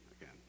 again